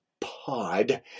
pod